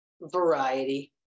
Variety